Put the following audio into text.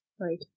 right